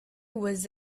was